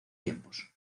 tiempos